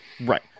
Right